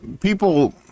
People